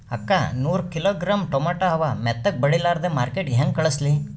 ಅಕ್ಕಾ ನೂರ kilogram tomato ಅವ, ಮೆತ್ತಗಬಡಿಲಾರ್ದೆ ಮಾರ್ಕಿಟಗೆ ಹೆಂಗ ಕಳಸಲಿ?